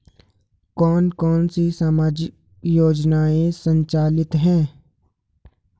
कौन कौनसी सामाजिक योजनाएँ संचालित है?